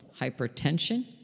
hypertension